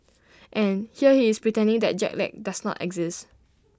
and here he is pretending that jet lag does not exist